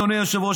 אדוני היושב-ראש,